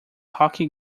hockey